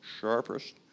sharpest